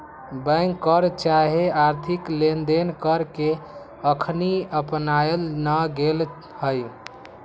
bank कर चाहे आर्थिक लेनदेन कर के अखनी अपनायल न गेल हइ